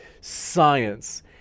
science